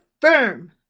firm